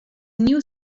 new